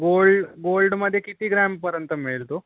गोल गोल्डमध्ये किती ग्रॅमपर्यंत मिळेल तो